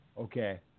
Okay